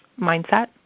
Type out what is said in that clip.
mindset